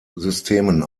systemen